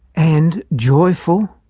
and joyful,